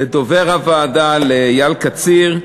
לדובר הוועדה איל קציר,